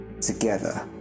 together